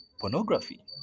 pornography